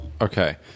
Okay